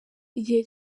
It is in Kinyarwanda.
igihe